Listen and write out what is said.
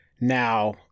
Now